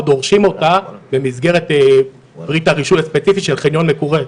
דורשים אותה במסגרת פריט הרישוי הספציפי של חניון מקורה,